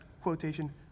Quotation